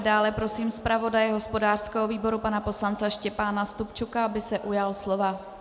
Dále prosím zpravodaje hospodářského výboru pana poslance Štěpána Stupčuka, aby se ujal slova.